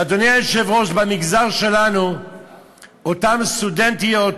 ואדוני היושב-ראש, במגזר שלנו אותן סטודנטיות